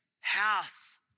house